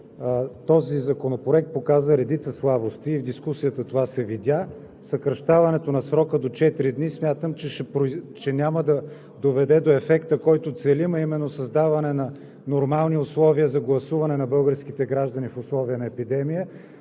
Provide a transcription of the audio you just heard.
този законопроект показа редица слабости и в дискусията това се видя. Съкращаването на срока до четири дни смятам, че няма да доведе до ефекта, който целим, а именно създаване на нормални условия за гласуване на българските граждани в условията на епидемия.